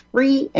Free